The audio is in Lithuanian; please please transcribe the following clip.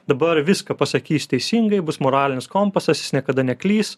dabar viską pasakys teisingai bus moralinis kompasas jis niekada neklys